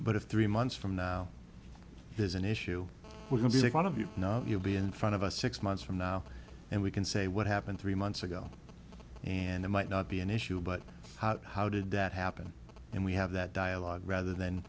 but if three months from now there's an issue we're going to take note of you know you'll be in front of us six months from now and we can say what happened three months ago and it might not be an issue but how did that happen and we have that dialogue rather than